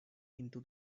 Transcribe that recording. into